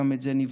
גם את זה נבדוק.